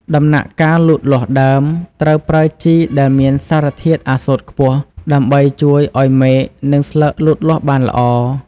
ដំណាក់កាលលូតលាស់ដើម ត្រូវប្រើជីដែលមានសារធាតុ អាសូតខ្ពស់ ដើម្បីជួយឱ្យមែក និងស្លឹកលូតលាស់បានល្អ។